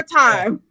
time